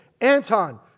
Anton